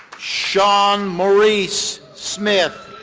shawn maurice smith.